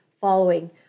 following